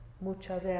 ...mucha